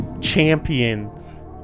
Champions